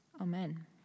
Amen